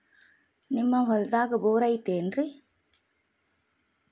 ನಿಮ್ಮ ಹೊಲ್ದಾಗ ಬೋರ್ ಐತೇನ್ರಿ?